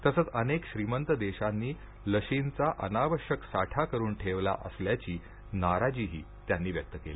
तसंच अनेक श्रीमंत देशांनी लशींचा अनावश्यक साठा करून ठेवला असल्याची नाराजीही त्यांनी व्यक्त केली